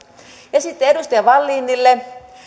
ja sitten edustaja wallinille